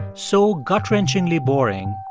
so gut-wrenchingly boring,